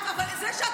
אבל זה שאת